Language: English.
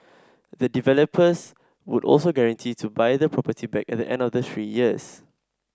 the developers would also guarantee to buy the property back at the end of the three years